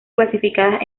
clasificadas